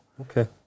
Okay